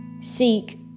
seek